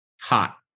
Hot